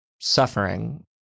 suffering